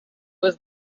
was